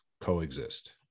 coexist